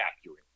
accurate